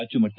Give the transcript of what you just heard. ರಾಜ್ಯಮಟ್ಟ